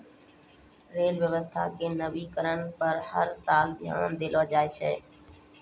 rail व्यवस्था के नवीनीकरण पर हर साल ध्यान देलो जाय छै